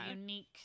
unique